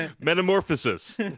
*Metamorphosis*